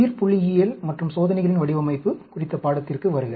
உயிர்புள்ளியியல் மற்றும் சோதனைகளின் வடிவமைப்பு குறித்த பாடத்திற்கு வருக